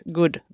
good